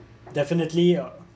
definitely